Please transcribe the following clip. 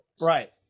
Right